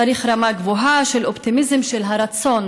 צריך רמה גבוהה של אופטימיזם, של רצון,